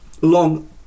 long